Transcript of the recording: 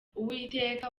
uwiteka